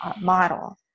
model